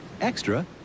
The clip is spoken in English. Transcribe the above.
extra